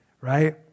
right